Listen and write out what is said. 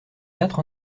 quatre